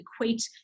equate